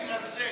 דווקא בגלל זה,